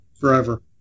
forever